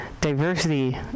diversity